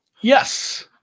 Yes